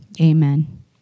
amen